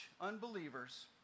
unbelievers